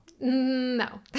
No